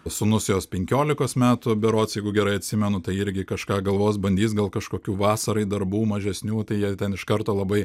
sūnus jos penkiolikos metų berods jeigu gerai atsimenu tai irgi kažką galvos bandys gal kažkokių vasarai darbų mažesnių tai jie ten iš karto labai